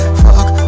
fuck